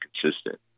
consistent